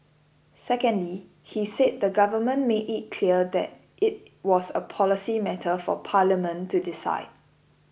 secondly he said the Government made it clear that it was a policy matter for Parliament to decide